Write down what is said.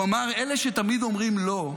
הוא אמר: אלה שתמיד אומרים לא,